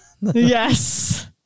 Yes